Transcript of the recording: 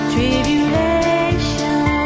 Tribulation